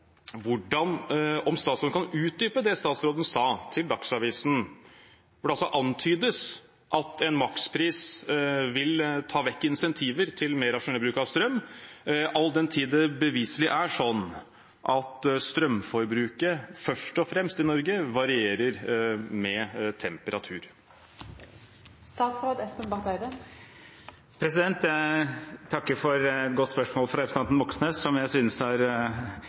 antydes at en makspris vil ta vekk incentiver til en mer rasjonell bruk av strøm, all den tid det beviselig er slik at strømforbruket i Norge først og fremst varierer med temperaturen. Jeg takker for et godt spørsmål fra representanten Moxnes, som jeg synes har